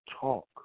talk